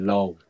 Low